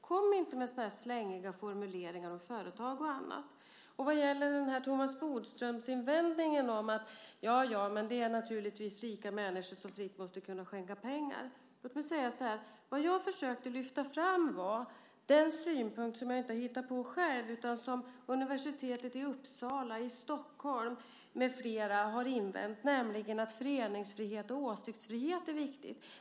Kom inte med sådana slängiga formuleringar om företag och annat. Vad gäller Thomas Bodströms invändning att det naturligtvis är rika människor som fritt måste kunna skänka pengar vill jag säga så här. Vad jag försökte lyfta fram var en synpunkt som jag inte har hittat på själv utan som universitetet i Uppsala och i Stockholm med flera har lämnat, nämligen att föreningsfrihet och åsiktsfrihet är viktiga.